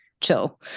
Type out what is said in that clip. chill